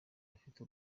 abafite